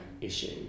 issue